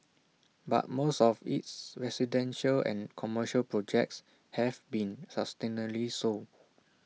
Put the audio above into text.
but most of its residential and commercial projects have been substantially sold